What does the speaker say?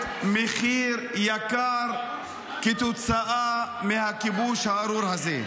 מחיר יקר כתוצאה מהכיבוש הארור הזה.